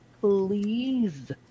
please